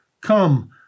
Come